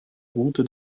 route